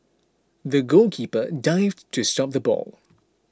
the goalkeeper dived to stop the ball